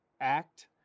Act